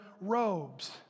robes